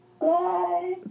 Bye